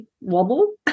wobble